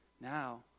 Now